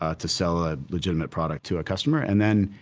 ah to sell a legitimate product to a customer, and then,